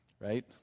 Right